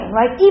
right